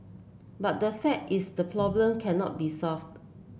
but the fact is the problem cannot be solved